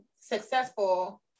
successful